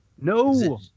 No